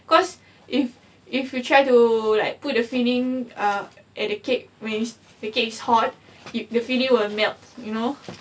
cause if if you try to like put the filling err at the cake when the cake is hot the filling will melt you know